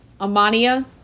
Amania